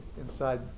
inside